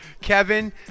Kevin